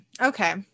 Okay